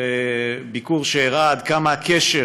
בביקור שהראה עד כמה הקשר